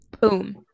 Boom